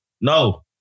No